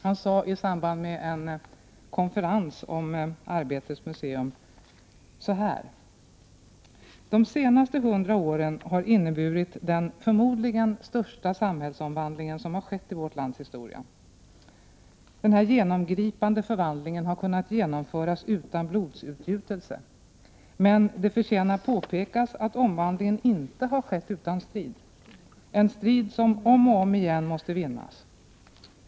Han sade i samband med en konferens om Arbetets museum: ”De senaste 100 åren har inneburit den förmodligen största samhällsomvandling som skett i vårt lands historia.” Han säger vidare att den här ”genomgripande förvandlingen kunnat genomföras utan blodsutgjutelse. Men det förtjänar påpekas att omvandlingen inte har skett utan strid — en strid som om och om igen måste vinnas.